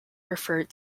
referred